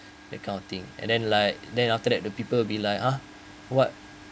that kind of thing and then like then after that the people be like ah what